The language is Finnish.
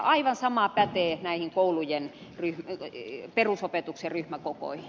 aivan sama pätee näihin koulujen perusopetuksen ryhmäkokoihin